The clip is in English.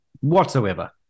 whatsoever